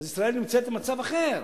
אז ישראל נמצאת במצב אחר.